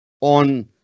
on